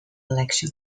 election